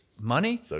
money